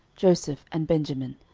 joseph, and benjamin,